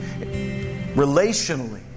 relationally